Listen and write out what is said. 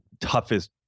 toughest